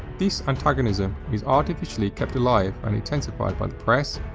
this antagonism is artificially kept alive and intensified by the press,